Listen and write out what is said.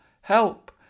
help